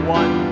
one